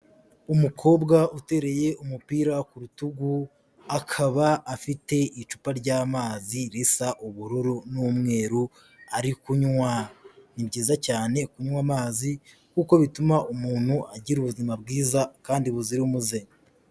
Umukobwa utereye umupira ku rutugu, akaba afite icupa ry'amazi risa ubururu n'umweru ari kunywa, ni byiza cyane kunywa amazi kuko bituma umuntu agira ubuzima bwiza kandi buzira umuze.